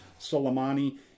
Soleimani